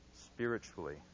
spiritually